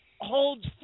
holds